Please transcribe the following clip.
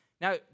Now